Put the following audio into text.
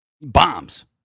bombs